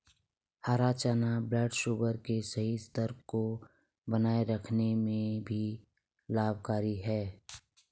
हरा चना ब्लडशुगर के सही स्तर को बनाए रखने में भी लाभकारी है